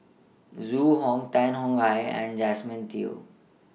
Zhu Hong Tan Tong Hye and Josephine Teo